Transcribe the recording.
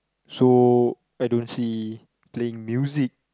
so I don't see playing music